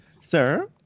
Sir